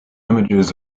images